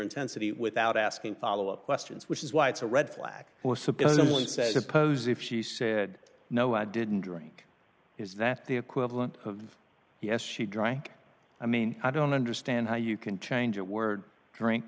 intensity without asking followup questions which is why it's a red flag or suppose someone says suppose if she said no i didn't drink is that the equivalent of yes she drank i mean i don't understand how you can change a word drink